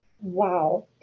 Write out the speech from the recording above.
wow